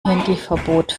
handyverbot